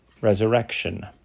resurrection